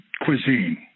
cuisine